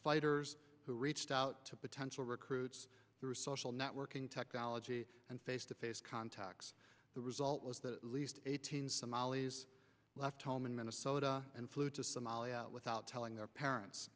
fighters who reached out to potential recruits through social networking technology and face to face contacts the result was that at least eighteen somalis left home in minnesota and flew to somalia without telling their parents